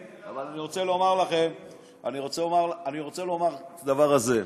אבל אני רוצה לומר לכם את הדבר הזה: